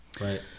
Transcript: right